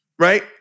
Right